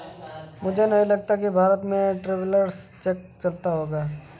मुझे नहीं लगता कि भारत में भी ट्रैवलर्स चेक चलता होगा